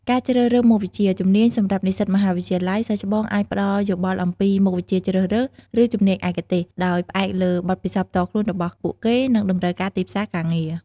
ការជ្រើសរើសមុខវិជ្ជា ជំនាញ សម្រាប់និស្សិតមហាវិទ្យាល័យ សិស្សច្បងអាចផ្តល់យោបល់អំពី មុខវិជ្ជាជ្រើសរើស ឬជំនាញឯកទេស ដោយផ្អែកលើបទពិសោធន៍ផ្ទាល់របស់ពួកគេ និងតម្រូវការទីផ្សារការងារ។